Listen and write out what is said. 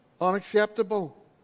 Unacceptable